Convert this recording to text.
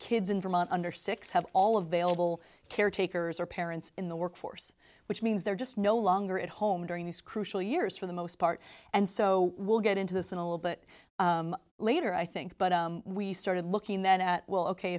kids in vermont under six have all of a little caretakers or parents in the workforce which means they're just no longer at home during these crucial years for the most part and so we'll get into this in a little bit later i think but we started looking then at well ok